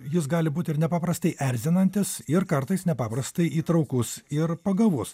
jis gali būt ir nepaprastai erzinantis ir kartais nepaprastai įtraukus ir pagavus